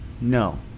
No